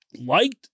liked